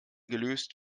gelöst